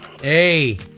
Hey